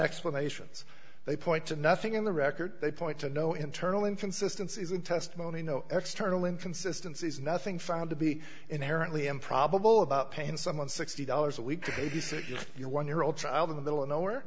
explanations they point to nothing in the record they point to no internal inconsistency is in testimony no x turtling consistencies nothing found to be inherently improbable about paying someone sixty dollars a week to babysit your one year old child in the middle of nowhere